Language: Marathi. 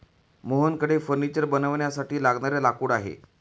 मोहनकडे फर्निचर बनवण्यासाठी लागणारे लाकूड आहे